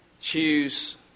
choose